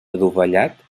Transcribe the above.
adovellat